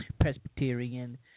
Presbyterian